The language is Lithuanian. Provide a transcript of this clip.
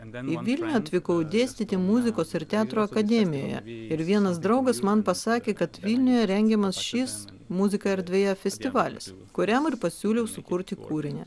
į vilnių atvykau dėstyti muzikos ir teatro akademijoje ir vienas draugas man pasakė kad vilniuje rengiamas šis muzika erdvėje festivalis kuriam ir pasiūliau sukurti kūrinį